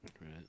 Right